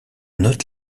note